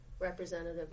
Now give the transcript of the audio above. representative